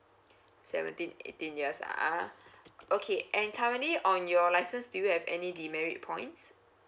seventeen eighteen years ah okay and currently on your license do you have any demerit points